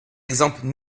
exemple